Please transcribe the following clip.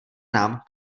nám